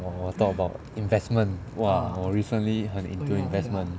我我 talk about investment !wah! 我 recently 很 into investment